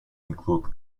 include